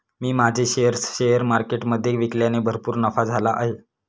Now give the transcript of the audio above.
मी माझे shares share मार्केटमधे विकल्याने भरपूर नफा झाला आहे